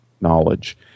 knowledge